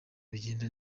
bigenda